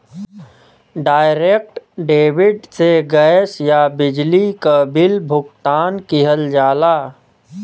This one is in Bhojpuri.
डायरेक्ट डेबिट से गैस या बिजली क बिल भुगतान किहल जाला